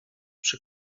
przy